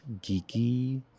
geeky